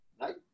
Right